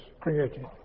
created